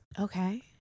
okay